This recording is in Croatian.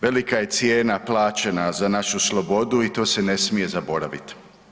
Velika je cijena plaćena za našu slobodu i to se ne smije zaboraviti.